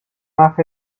off